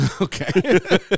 Okay